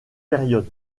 période